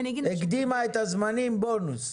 הקימה את הזמנים, בונוס.